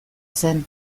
zen